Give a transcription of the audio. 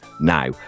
now